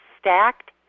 stacked